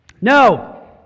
No